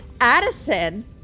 Addison